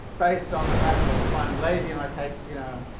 based on the fact that if i'm lazy and i take, you know,